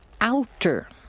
outer